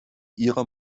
ihrer